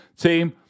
Team